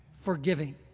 forgiving